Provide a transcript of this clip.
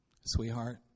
sweetheart